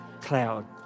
cloud